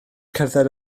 cerdded